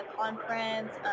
conference